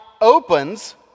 opens